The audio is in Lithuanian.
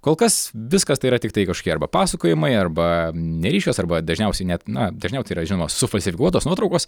kol kas viskas tai yra tiktai kažkokie arba pasakojimai arba neryškios arba dažniausiai net na dažniausiai tai yra žinoma sufalsifikuotos nuotraukos